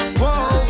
whoa